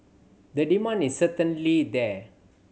the demand is certainly there